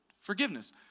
forgiveness